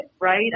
right